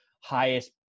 highest